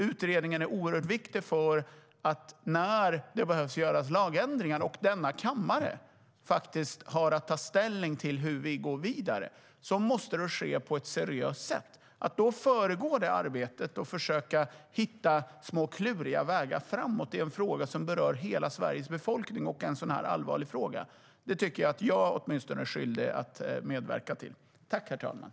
Utredningen är oerhört viktig eftersom när kammaren ska ta ställning till hur man ska gå vidare i frågor om lagändringar måste arbetet ske på ett seriöst sätt. Jag är skyldig att medverka i arbetet genom att försöka hitta små kluriga vägar framåt i en så allvarlig fråga som berör hela Sveriges befolkning.